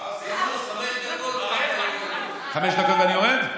פינדרוס, חמש דקות, חמש דקות אני יורד?